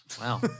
Wow